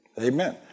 Amen